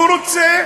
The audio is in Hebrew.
הוא רוצה